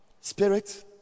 Spirit